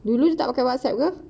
dulu tak pakai WhatsApp ke